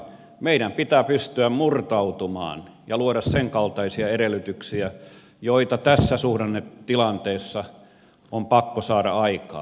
meidän pitää pystyä murtautumaan ja luoda senkaltaisia edellytyksiä joita tässä suhdannetilanteessa on pakko saada aikaan